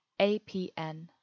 APN